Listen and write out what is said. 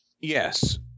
yes